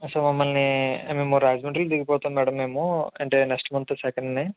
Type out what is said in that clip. so మమల్ని మేము రాజమండ్రిలో దిగిపోతాం మేడం మేము అంటే నెక్స్టు మంతు సెకండ్ని